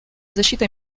защита